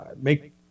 make